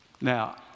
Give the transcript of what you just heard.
Now